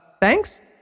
thanks